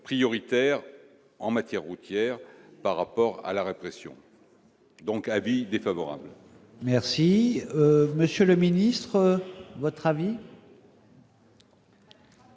prioritaires en matière routière par rapport à la répression, donc avis défavorable. Merci monsieur le ministre, votre avis.